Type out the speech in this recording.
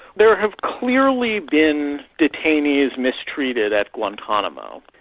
there have clearly been detainees mistreated at guantanamo.